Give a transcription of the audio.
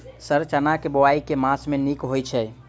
Sir चना केँ बोवाई केँ मास मे नीक होइ छैय?